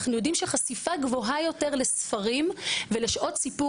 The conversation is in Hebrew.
אנחנו יודעים שחשיפה גבוהה יותר לספרים ולשעות סיפור